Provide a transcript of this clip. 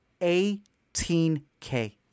18k